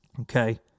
Okay